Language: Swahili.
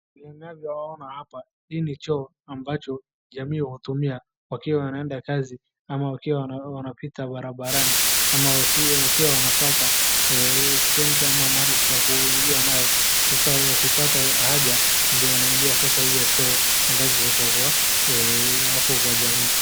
Hii ni choo ambacho jamii hutumia wakiwa wanaenda kazi ama wakiwa wanapita barabarani ama wakiwa wanapata mahali sasa wakiwa wanapata haja ndio wanaingia hiyo choo ambayo iko hapo kwa jamii.